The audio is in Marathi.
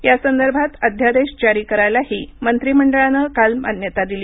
यासंदर्भात अध्यादेश जारी करायलाही मंत्रिमंडळानं काल मान्यता दिली